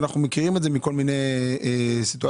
ואם חוק התקציב מקצה יותר כסף אז הכסף הזה ישולם,